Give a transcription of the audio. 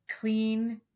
clean